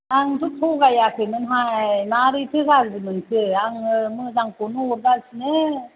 आंथ' थगायाखैमोनहाय मारैथो गाज्रि मोनखो आङो मोजांखौनो हरगासिनो